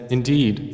Indeed